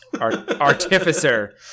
Artificer